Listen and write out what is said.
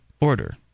order